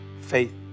Faith